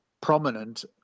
prominent